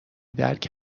درک